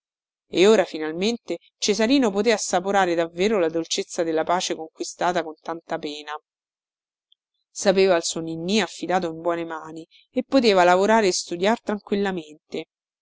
e ora finalmente cesarino poté assaporare davvero la dolcezza della pace conquistata con tanta pena sapeva il suo ninnì affidato in buone mani e poteva lavorare studiar tranquillamente